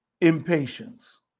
impatience